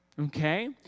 okay